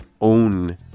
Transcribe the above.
own